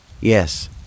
Yes